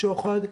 שוחד,